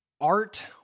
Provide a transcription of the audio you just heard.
Art